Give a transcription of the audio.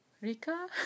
Rika